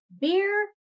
Beer